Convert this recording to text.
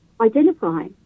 identify